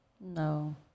No